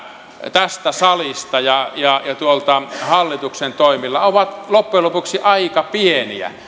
tästä salista ja ja tuolta hallituksesta sen toimilla ovat loppujen lopuksi aika pieniä